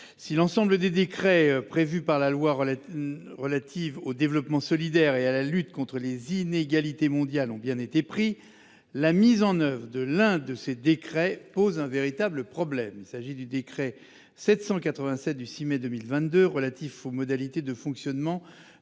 Si l'ensemble des décrets prévu par la loi. Relative au développement solidaire et à la lutte contre les inégalités mondiales ont bien été pris la mise en oeuvre de l'un de ces décrets pose un véritable problème. Il s'agit du décret 787 du 6 mai 2022 relatif aux modalités de fonctionnement